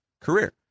career